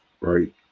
right